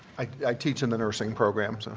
i teach in the nursing program, so